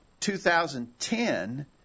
2010 –